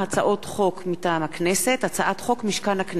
מטעם הכנסת: הצעת חוק משכן הכנסת,